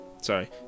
Sorry